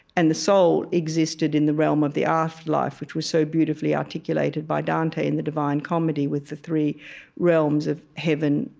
and the soul existed in the realm of the afterlife, which was so beautifully articulated by dante in the divine comedy with the three realms of heaven,